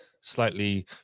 slightly